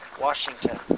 Washington